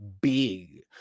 big